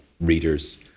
readers